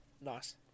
Nice